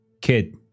Kid